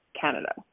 Canada